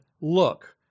look